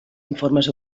informes